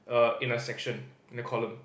err in a section in a column